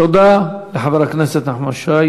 תודה לחבר הכנסת נחמן שי.